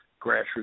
grassroots